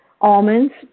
Almonds